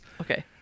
Okay